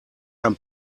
ein